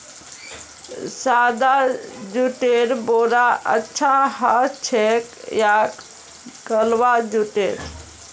सादा जुटेर बोरा अच्छा ह छेक या कलवा जुटेर